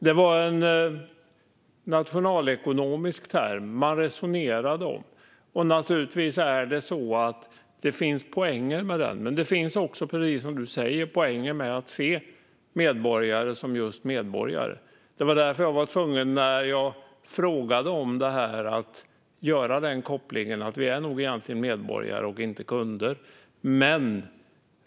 Det var en nationalekonomisk term som man resonerade om. Det finns naturligtvis poänger med den, men precis som du säger finns det också poänger med att se medborgare som just medborgare. Det var därför jag var tvungen, när jag frågade om detta, att göra den kopplingen - att vi nog egentligen är medborgare och inte kunder.